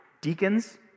deacons